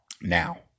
Now